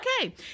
Okay